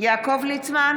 יעקב ליצמן,